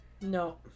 No